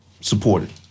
supported